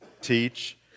teach